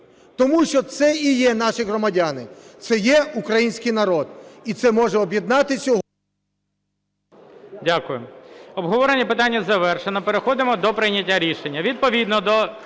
Тому що це і є наші громадяни, це є український народ, і це може об'єднати сьогодні...